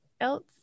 else